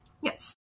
Yes